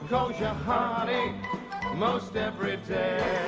yeah honey most every day?